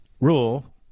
rule